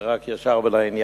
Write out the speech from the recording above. אני רק ישר ולעניין.